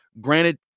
granted